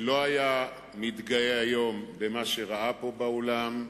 שלא היה מתגאה היום במה שראה פה באולם,